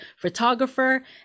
photographer